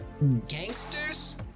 Gangsters